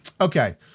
okay